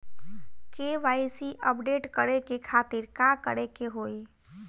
KYC update करे के खातिर का करे के होई?